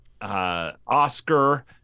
oscar